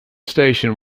station